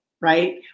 right